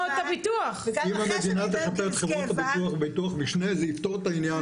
אם המדינה תחפה את חברות הביטוח בביטוח משנה זה יפתור את העניין.